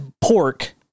pork